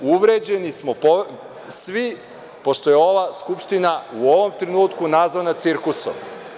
Uvređeni smo svi, pošto je ova Skupština u ovom trenutku nazvana cirkusom.